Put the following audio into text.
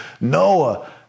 Noah